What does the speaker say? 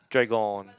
dragon